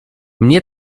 mnie